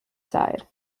side